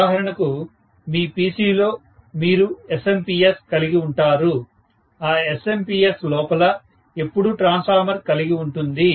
ఉదాహరణకు మీ PC లో మీరు SMPS కలిగి ఉంటారు ఆ SMPS లోపల ఎప్పుడూ ట్రాన్స్ఫార్మర్ కలిగి ఉంటుంది